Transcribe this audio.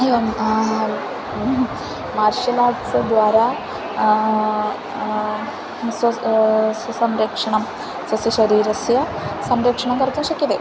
एवं martial arts द्वारा स्वस्य स्वसंरक्षणं स्वस्य शरीरस्य संरक्षणं कर्तुं शक्यते